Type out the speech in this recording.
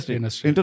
industry